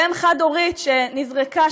באם חד-הורית שנזרקה,